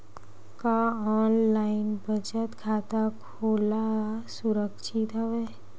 का ऑनलाइन बचत खाता खोला सुरक्षित हवय?